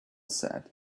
said